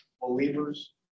believers